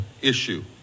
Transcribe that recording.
issue